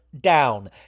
down